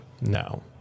No